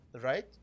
right